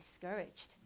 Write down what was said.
discouraged